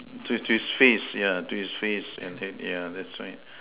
to to his face yeah to his face and that yeah that's right